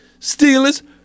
Steelers